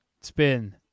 Spin